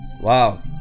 Wow